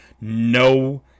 no